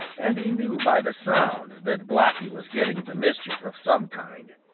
and he knew by the sound that blacky was getting into mischief of some kind.